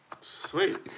Sweet